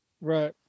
Right